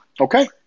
Okay